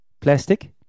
plastic